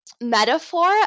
metaphor